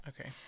Okay